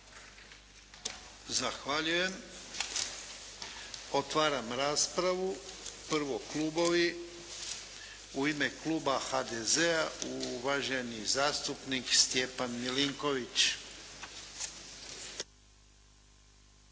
Zahvaljujem. Otvaram raspravu. Prvo klubovi. U ime kluba HDZ-a uvaženi zastupnik Stjepan Milinković.